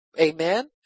Amen